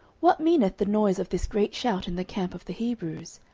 what meaneth the noise of this great shout in the camp of the hebrews?